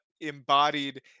embodied